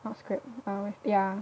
not script uh ya